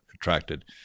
Attracted